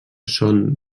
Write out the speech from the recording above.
són